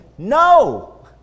No